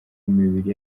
imibiri